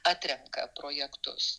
atrenka projektus